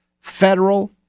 federal